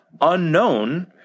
unknown